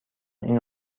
این